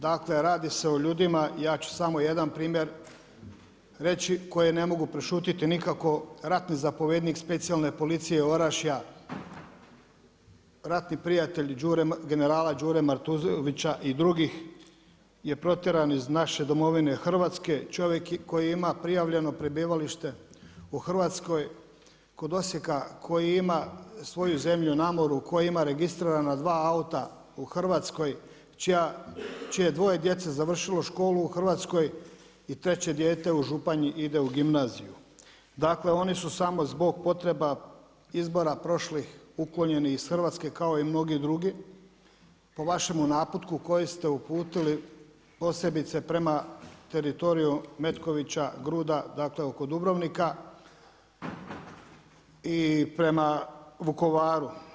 Dakle, radi se o ljudima, ja ću samo jedan primjer reći, koji ne mogu prešutjeti nikako, ratni zapovjednik specijalne policije Orašja, ratni prijatelj generala Đure Matuzović, i drugih je potjerano iz naše domovine Hrvatske, čovjek koji ima prijavljeno prebivalište u Hrvatskoj, kod Osijeka, koji ima svoju zemlju na moru, koji ima registrirana 2 auta u Hrvatskoj, čije 2 djece završilo školu u Hrvatskoj i 3 dijete u Županji ide u gimnaziju, dakle oni su samo zbog potreba izbora prošlih uklonjeni iz Hrvatske kao i mnogi drugi, po vašemu naputku, koji ste uputili posebice prema teritoriju Metkovića, Gruda, dakle, oko Dubrovnika i prema Vukovaru.